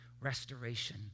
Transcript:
restoration